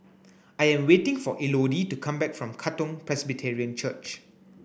I am waiting for Elodie to come back from Katong Presbyterian Church